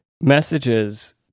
Messages